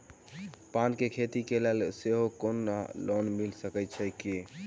पान केँ खेती केँ लेल सेहो कोनो लोन मिल सकै छी की?